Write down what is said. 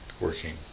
working